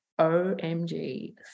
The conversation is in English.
OMG